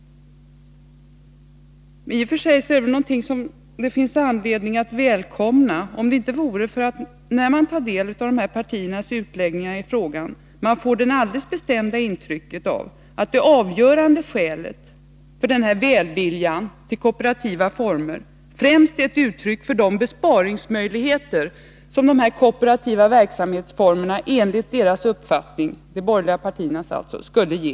Det finns väl i och för sig anledning att välkomna detta — om det inte vore för att man, när man tar del av de här partiernas utläggningar, får det alldeles bestämda intrycket att det avgörande skälet till välviljan till kooperativa former är de besparingsmöjligheter som de kooperativa verksamhetsformerna enligt de borgerligas uppfattning skulle ge.